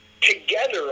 Together